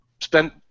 spent